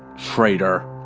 traitor.